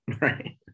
Right